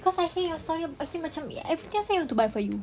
because I hear your story I feel macam I hear everything also have to buy for you